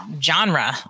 genre